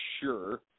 sure